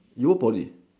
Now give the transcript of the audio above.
you go Poly